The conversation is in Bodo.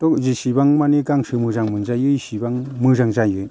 थ' जेसेबां माने गांसो मोजां मोनजायो इसेबां मोजां जायो